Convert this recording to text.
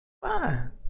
fine